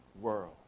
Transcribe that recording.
world